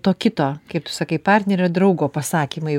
to kito kaip tu sakai partnerio draugo pasakymai